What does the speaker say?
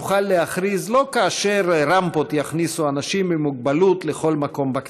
נוכל להכריז לא כאשר רמפות יכניסו אנשים עם מוגבלויות לכל מקום בכנסת,